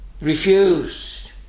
refused